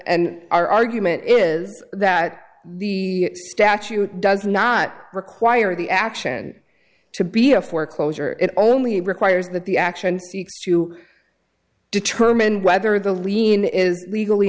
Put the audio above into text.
and our argument is that the statute does not require the action to be a foreclosure it only requires that the action seeks to determine whether the lien is legally